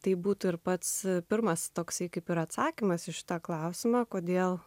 taip būtų ir pats pirmas toks kaip ir atsakymas į šitą klausimą kodėl